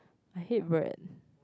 I hate bread